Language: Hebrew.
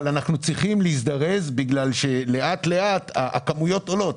אבל אנחנו צריכים להזדרז בגלל שלאט-לאט הכמויות עולות.